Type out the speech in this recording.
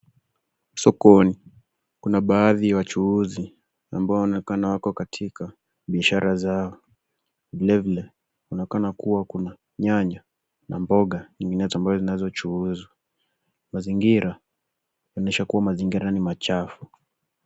Sokoni, kuna baadhi ya wachuuzi ambao inaonekana wako katika biashara zao. Vilevile, inaonekana kuwa kuna nyanya na mboga zinginezo ambazo zinazochuuzwa. Mazingira, inaonekana kuwa mazingira ni machafu.